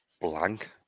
blank